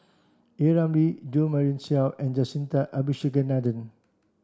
A Ramli Jo Marion Seow and Jacintha Abisheganaden